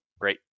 Great